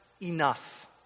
enough